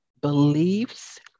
beliefs